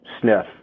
sniff